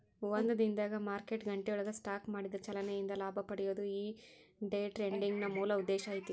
ಒಂದ ದಿನದಾಗ್ ಮಾರ್ಕೆಟ್ ಗಂಟೆಯೊಳಗ ಸ್ಟಾಕ್ ಮಾಡಿದ ಚಲನೆ ಇಂದ ಲಾಭ ಪಡೆಯೊದು ಈ ಡೆ ಟ್ರೆಡಿಂಗಿನ್ ಮೂಲ ಉದ್ದೇಶ ಐತಿ